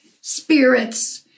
spirits